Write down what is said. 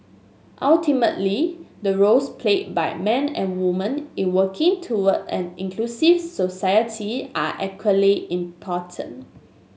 ultimately the roles played by men and women in working toward an inclusive society are equally important